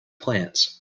plants